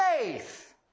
Faith